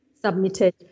submitted